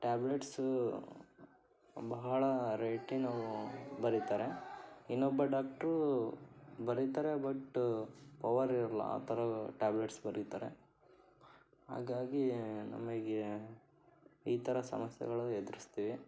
tablets ಬಹಳ ರೇಟಿನವು ಬರಿತಾರೆ ಇನ್ನೊಬ್ಬ ಡಾಕ್ಟ್ರು ಬರಿತಾರೆ ಬಟ್ ಪವರಿರಲ್ಲ ಆ ಥರ ಟ್ಯಾಬ್ಲೇಟ್ಸ್ ಬರಿತಾರೆ ಹಾಗಾಗಿ ನಮಗೆ ಈ ಥರ ಸಮಸ್ಯೆಗಳು ಎದ್ರುಸ್ತೀವಿ